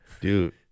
dude